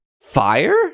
Fire